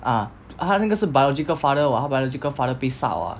啊他那个是 biological father [what] 她 biological father 被杀 [what]